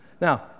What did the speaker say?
Now